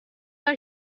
کار